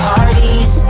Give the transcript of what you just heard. Parties